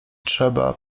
trzeba